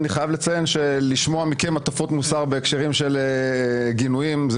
אני חייב לציין שלשמוע מכם הטפות מוסר בהקשרים של גינויים זה